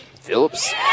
Phillips